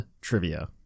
Trivia